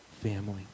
family